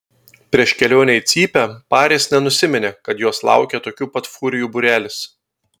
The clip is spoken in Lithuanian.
prieš kelionę į cypę paris nenusiminė kad jos laukia tokių pat furijų būrelis